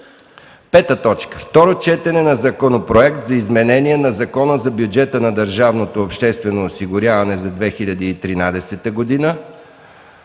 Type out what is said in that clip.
вчера. 5. Второ четене на Законопроект за изменение на Закона за бюджета на държавното обществено осигуряване за 2013 г.